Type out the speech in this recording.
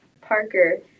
Parker